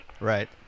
Right